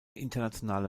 internationale